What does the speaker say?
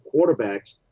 quarterbacks